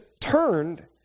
turned